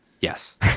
Yes